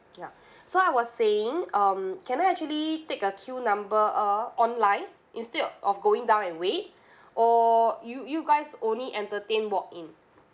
ya so I was saying um can I actually take a queue number uh online instead of going down and wait or you you guys only entertain walk in